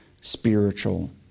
spiritual